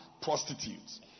prostitutes